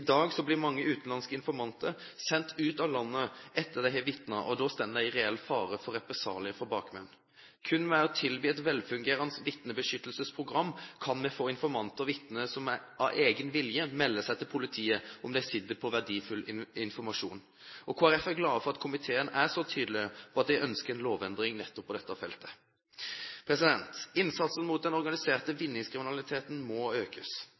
dag blir mange utenlandske informanter sendt ut av landet etter at de har vitnet, og da står de i reell fare for represalier fra bakmenn. Kun ved å tilby et velfungerende vitnebeskyttelsesprogram kan vi få informanter og vitner som av egen vilje melder seg til politiet om de sitter på verdifull informasjon. Kristelig Folkeparti er glad for at komiteen er så tydelig på at de ønsker en lovendring nettopp på dette feltet. Innsatsen mot den organiserte vinningskriminaliteten må økes.